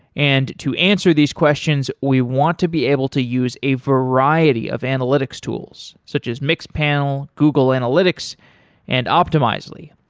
and to answer these questions, we want to be able to use a variety of analytics tools such as mixed panel, google analytics and optimizely.